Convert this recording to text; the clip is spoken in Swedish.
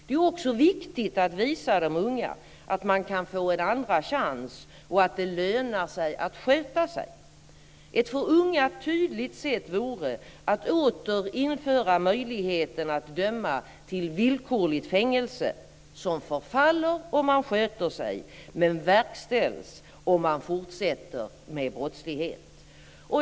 Det är också viktigt att visa de unga att man kan få en andra chans och att det lönar sig att sköta sig. Ett för unga tydligt sätt vore att åter införa möjligheten att döma till villkorligt fängelse, som förfaller om man sköter sig men verkställs om man fortsätter med brottslighet.